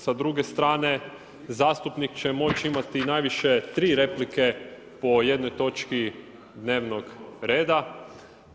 Sa druge strane zastupnik će moći imati najviše tri replike po jednoj točki dnevnog reda.